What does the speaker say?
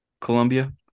Colombia